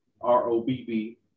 r-o-b-b